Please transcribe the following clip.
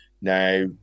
Now